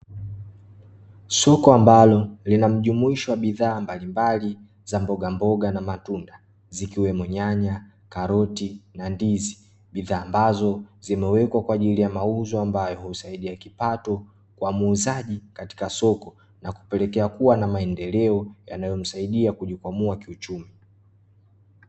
Soko ambalo lina mjumuisho wa bidhaa mbalimbali za mboga mboga na matunda, zikiwemo nyanya, karoti, na ndizi. Bidhaa ambazo, zimewekwa kwaajili ya mauzo ambayo husaidia kipato kwa muuzaji katika soko, na kupelekea kuwa na maendeleo yanayomsaidia kujikwamua kiuchumi.